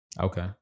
Okay